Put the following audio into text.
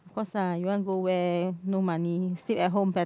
of course ah you want to go where no money sleep at home better